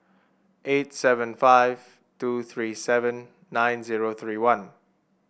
eight seven five two three seven nine zero three one